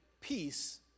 peace